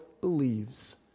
believes